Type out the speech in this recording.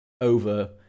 Over